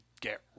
get